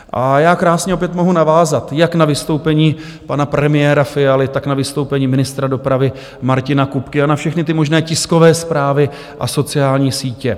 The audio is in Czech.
A já krásně opět mohu navázat jak na vystoupení pana premiéra Fialy, tak na vystoupení ministra dopravy Martina Kupky a na všechny ty možné tiskové zprávy a sociální sítě.